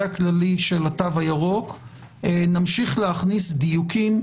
הכללי של התו הירוק נמשיך להכניס דיוקים,